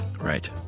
Right